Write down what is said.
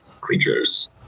creatures